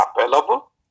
available